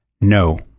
no